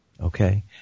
Okay